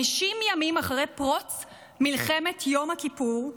50 ימים אחרי פרוץ מלחמת יום כיפור,